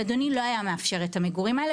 שאדוני לא היה מאפשר את המגורים האלה.